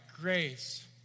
grace